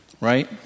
right